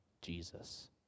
Jesus